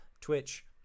twitch